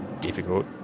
difficult